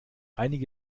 einige